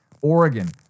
Oregon